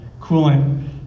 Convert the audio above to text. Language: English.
coolant